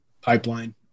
pipeline